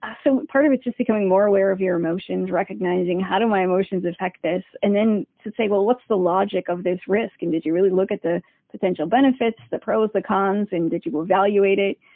ah so, part of it's just becoming more aware of your emotions, recognizing how do my emotions effect this? and then, say well, what's the logic of this risk? and did you really look at the potential benefits, the pros, the cons, and did you evaluate it?